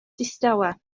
distawa